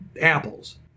apples